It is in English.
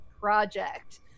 project